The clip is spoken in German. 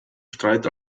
streit